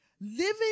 Living